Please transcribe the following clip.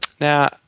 Now